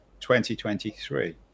2023